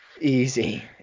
Easy